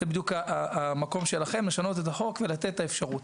זה בדיוק המקום שלכם לשנות את החוק ולתת את האפשרות.